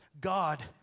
God